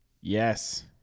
Yes